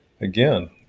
again